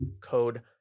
code